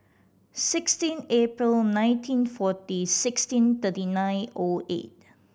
sixteen April nineteen forty sixteen thirty nine O eight